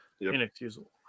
inexcusable